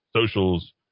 socials